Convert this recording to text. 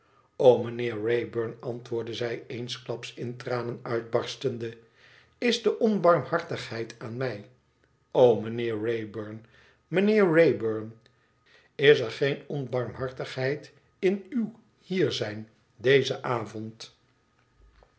mijnheer wraybum antwoordde zij eensklaps in tranen uitbarstende is de onbarmhartigheid aan mij o mijnheer wruybura mijnheer wraybum is er geen onbarmhartigheid in uw hier zijn dezen avond